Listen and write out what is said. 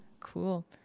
Cool